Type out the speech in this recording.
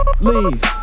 leave